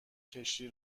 کشتی